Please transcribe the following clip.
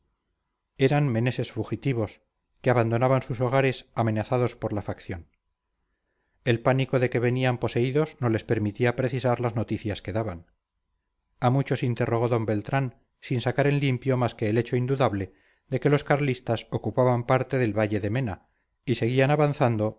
eran meneses fugitivos que abandonaban sus hogares amenazados por la facción el pánico de que venían poseídos no les permitía precisar las noticias que daban a muchos interrogó d beltrán sin sacar en limpio más que el hecho indudable de que los carlistas ocupaban parte del valle de mena y seguían avanzando